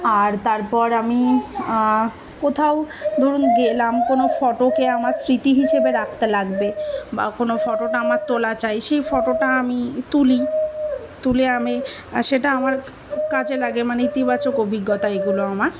আর তারপর আমি কোথাও ধরুন গেলাম কোনো ফটোকে আমার স্মৃতি হিসেবে রাখতে লাগবে বা কোনো ফটোটা আমার তোলা চাই সেই ফটোটা আমি তুলি তুলে আমি সেটা আমার কাজে লাগে মানে ইতিবাচক অভিজ্ঞতা এগুলো আমার